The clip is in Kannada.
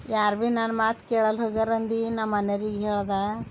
ಯಾರು ಭೀ ನನ್ನ ಮಾತು ಕೇಳಲ್ಲ ಹೋಗ್ಯಾರಂದು ನಮ್ಮನೆರಿಗೆ ಹೇಳ್ದೆ